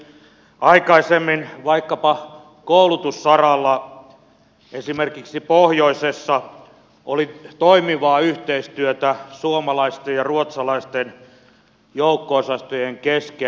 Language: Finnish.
aikaisemmin vaikkapa koulutussaralla esimerkiksi pohjoisessa oli toimivaa yhteistyötä suomalaisten ja ruotsalaisten joukko osastojen kesken